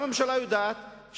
גם הממשלה יודעת,